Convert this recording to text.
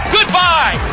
Goodbye